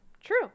True